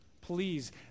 Please